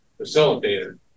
facilitator